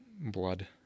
blood